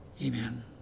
Amen